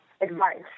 advice